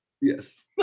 Yes